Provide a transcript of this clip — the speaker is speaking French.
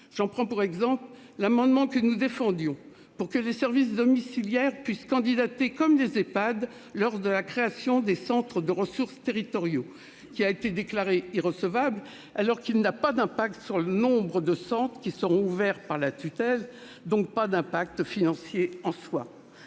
J'en prends pour exemple l'amendement que nous défendions pour que les services domiciliaires puissent candidater de la même façon que les Ehpad lors de la création des centres de ressources territoriaux. Il a été déclaré irrecevable alors que son adoption n'aurait eu aucun impact sur le nombre de centres ouverts par la tutelle, donc aucun impact financier en soi.